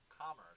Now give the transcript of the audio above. Commerce